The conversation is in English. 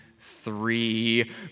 three